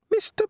Mr